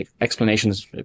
explanations